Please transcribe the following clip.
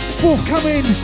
forthcoming